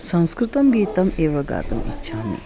संस्कृतं गीतम् एव गातुम् इच्छामि